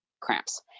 cramps